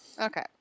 Okay